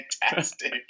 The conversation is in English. fantastic